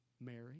Mary